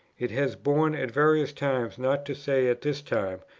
it has borne at various times, not to say at this time,